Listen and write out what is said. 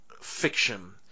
fiction